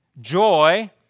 joy